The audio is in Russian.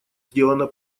сделано